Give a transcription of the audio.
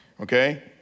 Okay